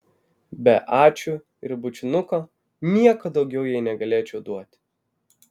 be ačiū ir bučinuko nieko daugiau jai negalėčiau duoti